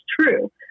true